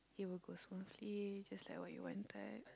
it will go smoothly just like that you wanted